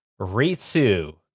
Ritsu